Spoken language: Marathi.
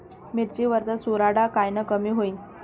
मिरची वरचा चुरडा कायनं कमी होईन?